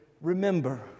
remember